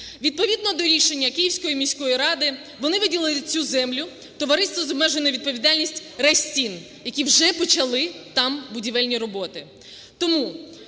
Відповідно до рішення Київської міської ради вони виділили цю землю товариству з обмеженою відповідальністю "Рестін", які вже почали там будівельні роботи.